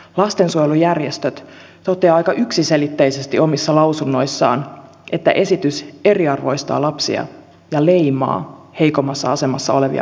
lastensuojelujärjestöt toteavat aika yksiselitteisesti omissa lausunnoissaan että esitys eriarvoistaa lapsia ja leimaa heikommassa asemassa olevia perheitä